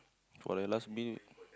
for your last minute